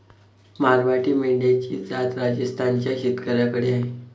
मारवाडी मेंढ्यांची जात राजस्थान च्या शेतकऱ्याकडे आहे